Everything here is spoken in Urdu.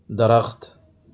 درخت